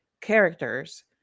characters